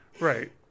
right